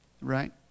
right